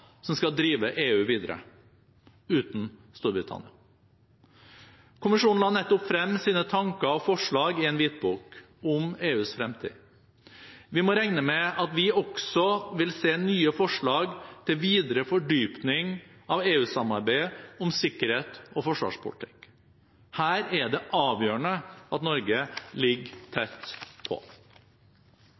som skal drive EU videre uten Storbritannia. Kommisjonen la nettopp frem sine tanker og forslag i en hvitbok om EUs fremtid. Vi må regne med at vi også vil se nye forslag til videre fordypning av EU-samarbeidet om sikkerhets- og forsvarspolitikk. Her er det avgjørende at Norge ligger tett på,